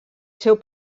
seu